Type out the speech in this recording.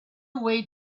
away